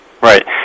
right